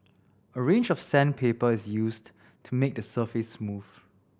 a range of sandpaper is used to make the surface smooth